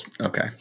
okay